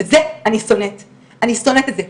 ואני שונאת את זה.